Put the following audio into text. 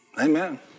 Amen